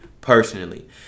personally